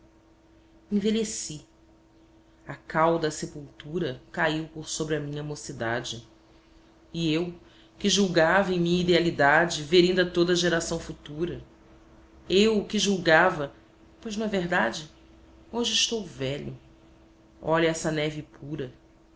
a cal da sepultura caiu por sobre a minha mocidade e eu que julgava em minha idealidade ver inda toda a geração futura eu que julgava pois não é verdade hoje estou velho olha essa neve pura